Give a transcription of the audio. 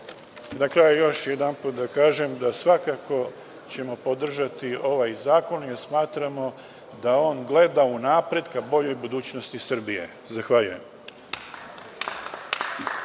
kraju još jednom da kažem da svakako ćemo podržati ovaj zakon, jer smatramo da on gleda unapred ka boljoj budućnosti Srbije. Zahvaljujem.